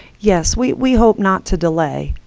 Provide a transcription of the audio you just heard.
yes, we we hope not to delay.